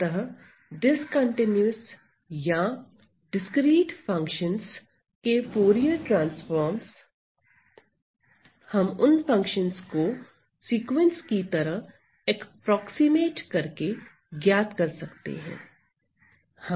अतः डिस्कंटीन्यूअस या discrete functions के फूरिये ट्रांसफार्मस हम उन फंक्शनस को सीक्वेंस की तरह एप्रोक्सीमेट करके ज्ञात कर सकते हैं